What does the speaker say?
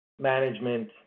management